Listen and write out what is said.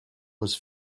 was